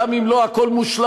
גם אם לא הכול מושלם.